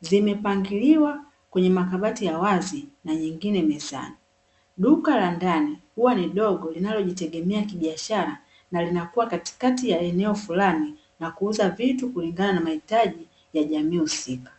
Zimepangiliwa kwenye makabati ya wazi na nyingine mezani. Duka la ndani huwa ni dogo linalojitegemea kibiashara, na linakuwa katikati ya eneo fulani na kuuza vitu kulingana na mahitaji ya jamii husika.